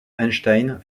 einstein